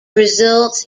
results